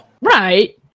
right